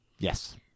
Yes